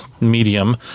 medium